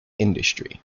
industry